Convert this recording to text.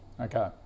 Okay